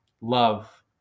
love